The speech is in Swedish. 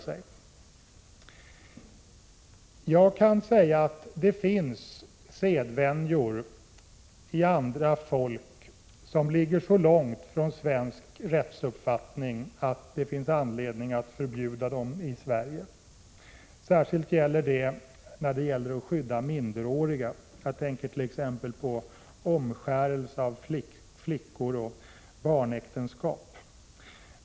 Jag kan säga att det i andra folks kulturer finns sedvänjor, som ligger så långt från svensk rättsuppfattning att det finns anledning att förbjuda dem i Sverige. Särskilt gäller detta skyddet av minderåriga. Jag tänker t.ex. på omskärelse av flickor och barnäktenskap.